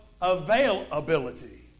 availability